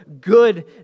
good